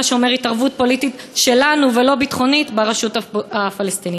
מה שאומר התערבות פוליטית שלנו ולא ביטחונית ברשות הפלסטינית?